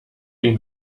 ihn